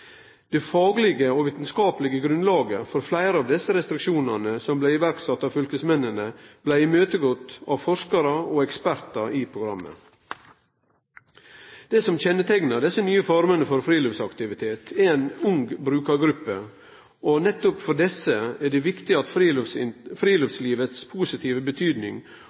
Det faglege og vitskaplege grunnlaget for fleire av desse restriksjonane som blei sette i verk av fylkesmennene, blei imøtegått av forskarar og ekspertar i programmet. Det som kjenneteiknar desse nye formene for friluftsaktivitet, er at det er ei ung brukargruppe, og nettopp for desse er det viktig at friluftslivets positive